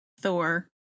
Thor